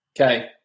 Okay